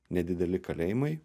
nedideli kalėjimai